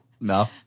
No